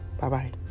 Bye-bye